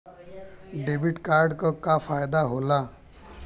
Debit card क का फायदा हो ला?